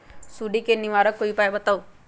सुडी से निवारक कोई उपाय बताऊँ?